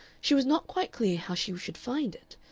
she was not quite clear how she should find it,